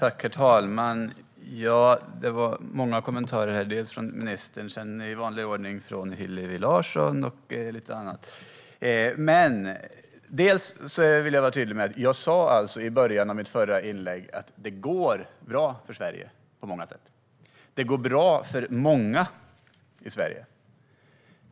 Herr talman! Det var många kommentarer här, från ministern och - i vanlig ordning - från Hillevi Larsson med flera. Jag vill vara tydlig med att jag i början av mitt förra inlägg sa att det på många sätt går bra för Sverige. Det går bra för många i Sverige.